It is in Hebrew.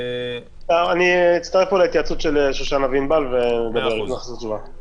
אני אצטרף להתייעצות של שושנה ועינבל ונחזיר תשובה.